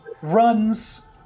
runs